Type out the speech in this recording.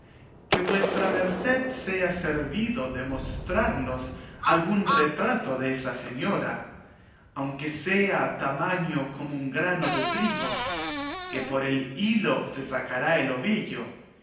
que vuestra merced sea servido de mostrarnos algún retrato de esa señora aunque sea tamaño como un grano de trigo que por el hilo se sacará el ovillo